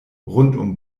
rundum